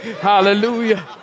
Hallelujah